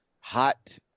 hot